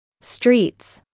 Streets